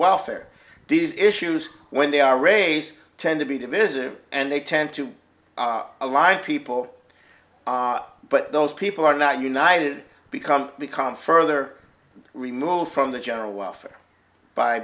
welfare these issues when they are raised tend to be to visit and they tend to ally people but those people are not united become become further removed from the general welfare by